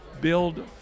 build